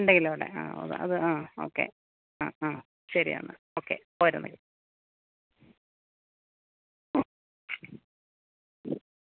രണ്ട് കിലോടെ ആ അത് അ ഓക്കെ അ അ ശരി എന്നാൽ ഓക്കെ